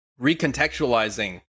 recontextualizing